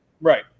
right